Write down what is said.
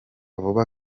vuba